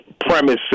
premise